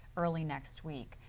early next week.